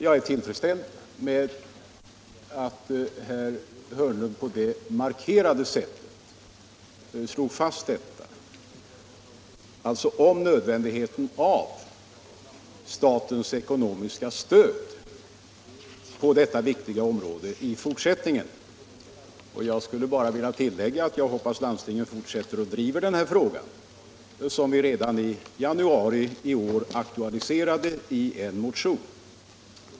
Jag är tillfredsställd med att herr Hörnlund på ett så markerat sätt slog fast nödvändigheten av statens ekonomiska stöd på detta viktiga område i fortsättningen. Jag skulle bara vilja tillägga att jag hoppas att landstingen fortsätter att driva denna fråga, som vi redan i januari i år aktualiserade i en motion.